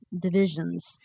divisions